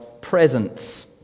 presence